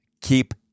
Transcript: keep